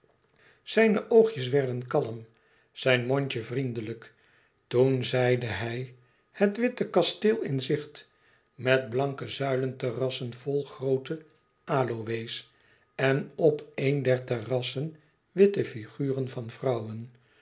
zijne oogjes werden kalm zijn mondje vriendelijk toen zeide hij het witte kasteel in zicht met blanke zuilenterrassen vol groote aloës en op een der terrassen witte figuren van vrouwen